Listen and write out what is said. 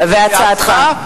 והצעתך?